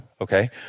Okay